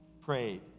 prayed